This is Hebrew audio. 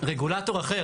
ורגולטור אחר,